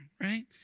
right